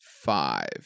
five